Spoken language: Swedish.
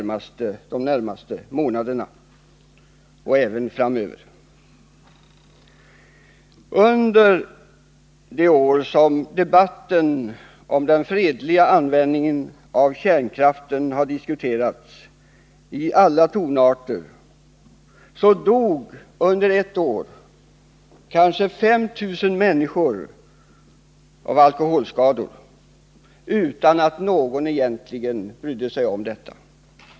Medan debatten om den fredliga användningen av kärnkraften har diskuterats i alla tonarter dog under ett år kanske 5 000 människor av alkoholskador utan att någon egentligen brydde sig om det.